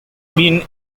been